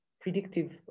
predictive